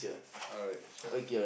alright sure